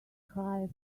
hire